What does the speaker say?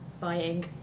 buying